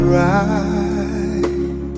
right